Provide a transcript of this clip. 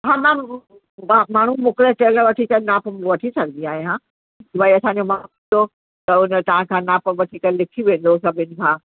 हा मां मां माण्हू मोकिले टेलर वठी करे नाप वठी सघंदी आहियां भई असांजो माण्हू हूंदो त उन तव्हां सां नाप वठी करे लिखी वेंदो सभिनि खां